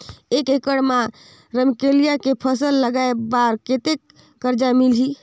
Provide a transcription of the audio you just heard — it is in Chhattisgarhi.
एक एकड़ मा रमकेलिया के फसल लगाय बार कतेक कर्जा मिलही?